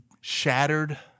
shattered